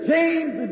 James